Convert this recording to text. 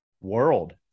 world